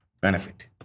benefit